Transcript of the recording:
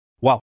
Wow